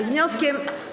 Z wnioskiem.